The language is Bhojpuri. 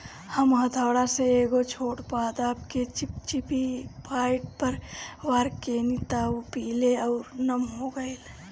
हम हथौड़ा से एगो छोट पादप के चिपचिपी पॉइंट पर वार कैनी त उ पीले आउर नम हो गईल